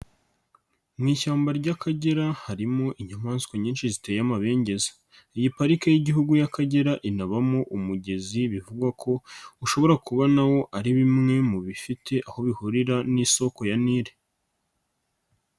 Mu ishyamba ry'Akagera harimo inyamaswa nyinshi ziteye amabengeza, iyi Parike y'Igihugu y'Akagera inabamo umugezi bivugwa ko ushobora kubu na wo ari bimwe mu bifite aho bihurira n'isoko ya Nile.